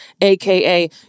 AKA